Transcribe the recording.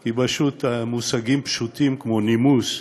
כי מושגים פשוטים כמו נימוס,